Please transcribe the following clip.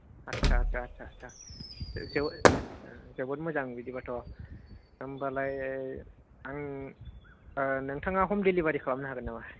आस्सा आस्सा आस्सा जोबोद मोजां बिदिबाथ होनबालाय आं नोंथाङा हम दिलिभारि खालामनो हागोन नामा